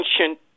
ancient